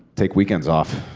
take weekends off.